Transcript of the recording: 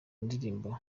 ndirimbo